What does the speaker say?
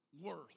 worth